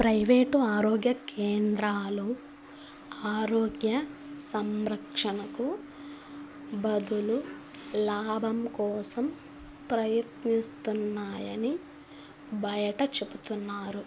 private ఆరోగ్య కేంద్రాలు ఆరోగ్య సంరక్షణకు బదులు లాభం కోసం ప్రయత్నిస్తున్నాయని బయట చెబుతున్నారు